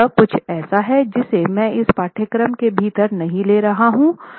तो यह कुछ ऐसा है जिसे मैं इस पाठ्यक्रम के भीतर नहीं ले रहा हूँ